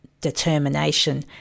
determination